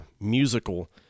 musical